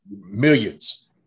millions